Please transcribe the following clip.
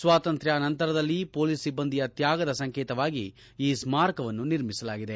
ಸ್ವಾತಂತ್ರ್ಯ ನಂತರದಲ್ಲಿ ಮೊಲೀಸ್ ಸಿಬ್ಜಂದಿಯ ತ್ಯಾಗದ ಸಂಕೇತವಾಗಿ ಈ ಸ್ಮಾರಕ ನಿರ್ಮಿಸಲಾಗಿದೆ